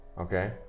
okay